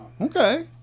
Okay